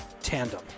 tandem